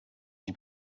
wie